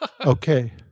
okay